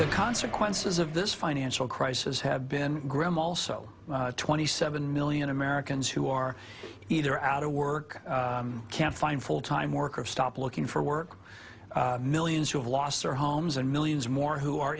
the consequences of this financial crisis have been graham also twenty seven million americans who are either out of work can't find full time work or stop looking for work millions who have lost their homes and millions more who are